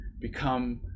become